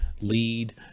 lead